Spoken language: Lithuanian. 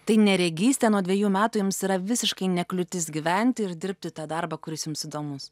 tai neregystė nuo dvejų metų jums yra visiškai ne kliūtis gyventi ir dirbti tą darbą kuris jums įdomus